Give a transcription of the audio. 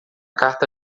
carta